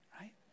right